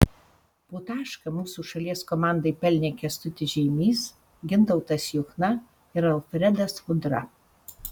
po tašką mūsų šalies komandai pelnė kęstutis žeimys gintautas juchna ir alfredas udra